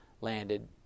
landed